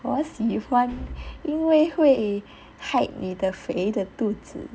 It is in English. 我喜欢因为会 hide 你的肥的肚子